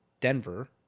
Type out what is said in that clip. Denver